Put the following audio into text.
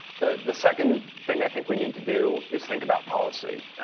the the second thing i think we need to do is think about policy,